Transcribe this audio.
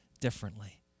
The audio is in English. differently